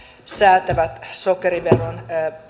säätävät sokeriveron